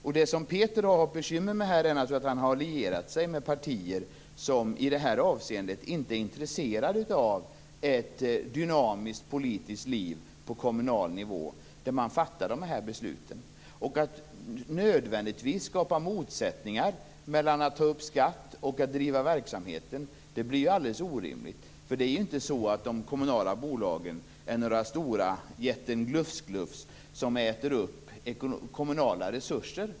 Peter Erikssons bekymmer är att han har lierat sig med partier som i detta avseende inte är intresserade av ett dynamiskt politiskt liv på kommunal nivå där man fattar dessa beslut. Att skapa motsättningar mellan att ta upp skatt och att driva verksamheten är alldeles orimligt. De kommunala bolagen är inte några stora jättar glufs-glufs som äter upp kommunala resurser.